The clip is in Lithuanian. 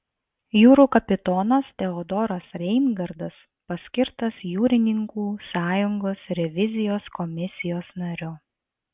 jūrų kapitonas teodoras reingardas paskirtas jūrininkų sąjungos revizijos komisijos nariu